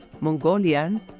Mongolian